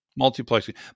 multiplexing